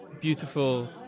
beautiful